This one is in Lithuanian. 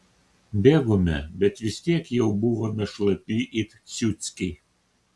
bėgome bet vis tiek jau buvome šlapi it ciuckiai